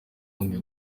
bundi